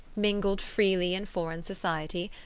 mingled freely in foreign society,